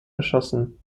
erschossen